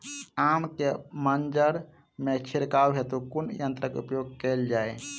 आम केँ मंजर मे छिड़काव हेतु कुन यंत्रक प्रयोग कैल जाय?